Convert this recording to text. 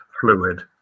fluid